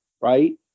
Right